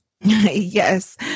Yes